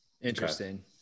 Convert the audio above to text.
Interesting